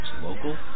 local